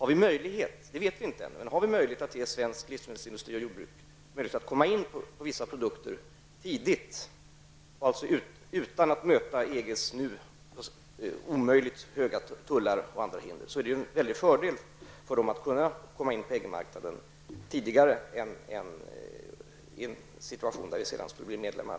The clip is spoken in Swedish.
Vi vet ännu inte om vi har möjlighet att ge svensk livsmedelsindustri och svenskt jordbruk tillfälle att komma in tidigt med vissa produkter utan att möta EGs nuvarande höga tullar och andra hinder. Det är en stor fördel att komma in på EG-marknaden tidigare än i en situtation där vi plötsligt blir medlemmar.